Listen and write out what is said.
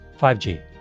5G